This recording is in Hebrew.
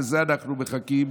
לזה אנחנו מחכים.